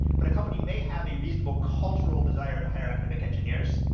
but a company may have a reasonable cultural desire to hire academic engineers.